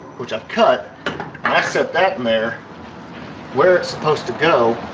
which i've cut and i set that in there where it's supposed to go